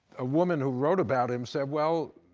a woman who wrote about him said, well,